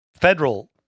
federal